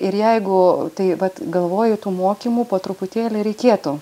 ir jeigu tai vat galvoju tų mokymų po truputėlį reikėtų